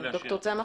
ד"ר צמח.